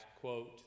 quote